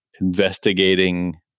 investigating